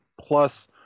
plus